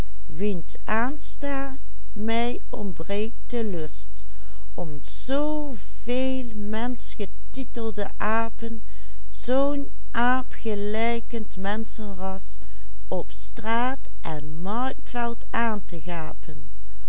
menschgetitelde apen zoo'n aapgelijkend menschenras op straat en marktveld aan te gapen